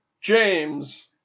James